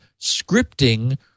scripting